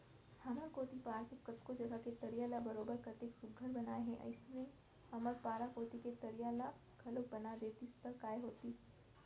हमर कोती पार्षद कतको जघा के तरिया ल बरोबर कतेक सुग्घर बनाए हे अइसने हमर पारा कोती के तरिया ल घलौक बना देतिस त काय होतिस